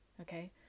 Okay